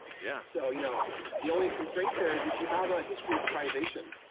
yeah so you know the only constraint there is if you have a history of privation,